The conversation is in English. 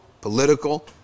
political